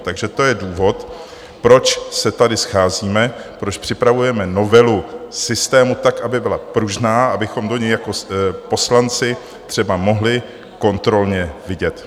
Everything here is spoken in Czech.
Takže to je důvod, proč se tady scházíme, proč připravujeme novelu systému tak, aby byla pružná, abychom do něj jako poslanci třeba mohli kontrolně vidět.